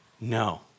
no